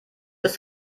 ist